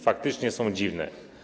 Faktycznie są dziwne.